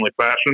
fashion